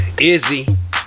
Izzy